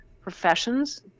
professions